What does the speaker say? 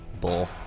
Bull